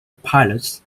pilots